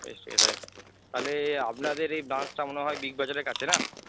সেটাই তাহলে আপনাদের এই ব্রাঞ্চটা মনে হয় বিগ বাজারের কাছে না